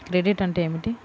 Credit అంటే ఏమిటి?